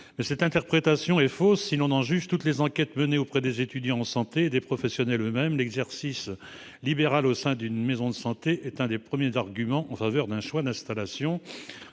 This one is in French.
Cette interprétation est fausse, si l'on en croit toutes les enquêtes menées auprès des étudiants en santé et des professionnels eux-mêmes. L'exercice libéral en maison de santé est l'un des premiers arguments en faveur d'un choix d'installation.